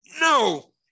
no